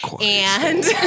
And-